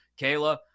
Kayla